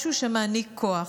משהו שמעניק כוח.